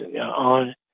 on